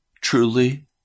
truly